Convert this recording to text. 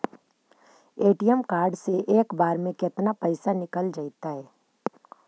ATM card से एक बार में केतना पैसा निकल जइतै?